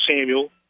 Samuel